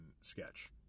sketch